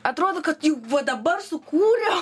atrodo kad jau va dabar sukūriau